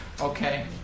Okay